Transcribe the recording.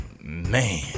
Man